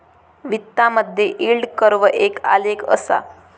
वित्तामधे yield curve एक आलेख असा